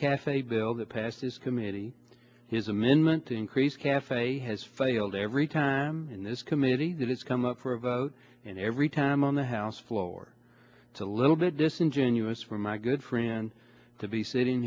passed his committee his amendment to increase cafe has failed every time in this committee that has come up for a vote and every time on the house floor to a little bit disingenuous for my good friend to be sitting